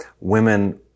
women